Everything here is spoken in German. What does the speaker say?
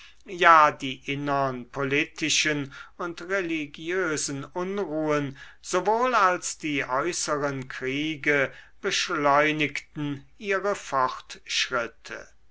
ja die innern politischen und religiösen unruhen sowohl als die äußeren kriege beschleunigten ihre fortschritte